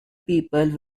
people